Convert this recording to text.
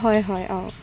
হয় হয় অঁ